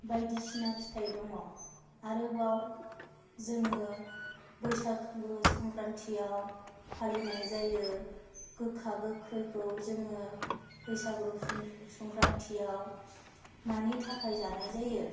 बायदिसिना फिथाइ दङ आरोबाव जोङो बैसागु संख्रान्थिआव फालिनाय जायो गोखा गोखैखौ जोङो बैसागु संख्रान्थिआव मानि थाखाय जानाय जायो